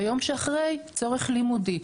ביום שאחרי צורך לימודים.